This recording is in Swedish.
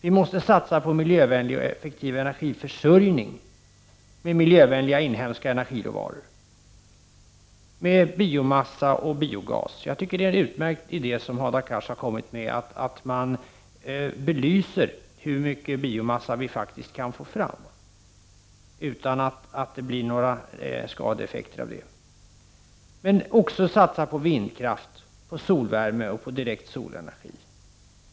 Vi måste satsa på en effektiv och miljövänlig energiförsörjning, med miljövänliga, inhemska energiråvaror, biomassa och biogas. Jag tycker det var en utmärkt idé som Hadar Cars kom med, att man belyser hur mycket biomassa vi kan få fram utan att det blir några skadeeffekter. Men vi måste också satsa på vindkraft, solvärme och direkt solenergi.